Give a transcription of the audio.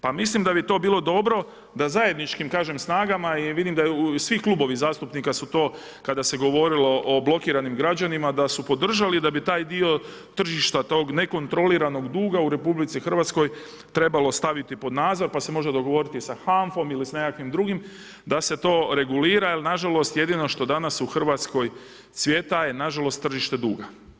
Pa mislim da bi to bilo dobro, da zajedničkim kažem snagama i vidim da svi klubovi zastupnika su to kada se govorilo o blokiranim građanima da su podržali i da bi taj dio tržišta tog nekontroliranog duga u RH trebalo staviti pod nadzor, pa se može dogovori sa HANFA-om ili sa nekakvim drugim da se to regulira jer nažalost jedino što danas u Hrvatskoj cvjeta je nažalost tržište duga.